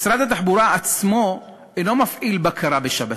משרד התחבורה עצמו אינו מפעיל בקרה בשבתות,